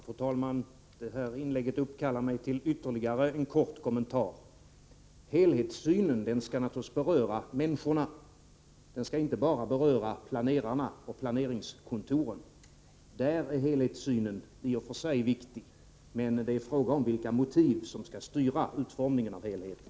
Fru talman! Det här inlägget uppkallar mig till ytterligare en kort kommentar. Helhetssynen skall naturligtvis beröra människorna — den skall inte bara beröra planerarna och planeringskontoren. Där är helhetssynen i och för sig viktig, men det är fråga om vilka motiv som skall styra utformningen av helheten.